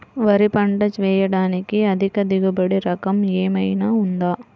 వరి పంట వేయటానికి అధిక దిగుబడి రకం ఏమయినా ఉందా?